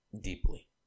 deeply